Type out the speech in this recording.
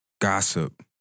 gossip